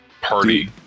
party